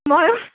ময়ো